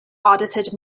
audited